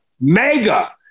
mega